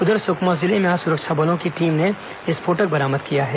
उधर सुकमा जिले में आज सुरक्षा बलों की टीम ने विस्फोटक बरामद किया है